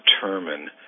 determine